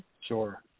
Sure